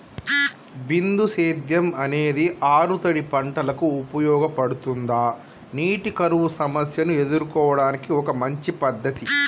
బిందు సేద్యం అనేది ఆరుతడి పంటలకు ఉపయోగపడుతుందా నీటి కరువు సమస్యను ఎదుర్కోవడానికి ఒక మంచి పద్ధతి?